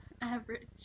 Average